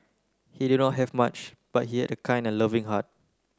he did not have much but he had a kind and loving heart